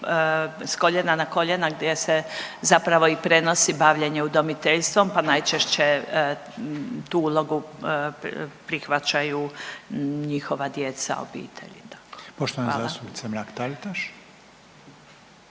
s koljena na koljena, gdje se zapravo i prenosi bavljenje udomiteljstvom pa najčešće tu ulogu prihvaćaju njihova djeca, obitelji. **Reiner, Željko